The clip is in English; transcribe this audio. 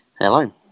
Hello